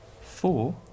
four